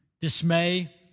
dismay